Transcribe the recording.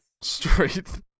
straight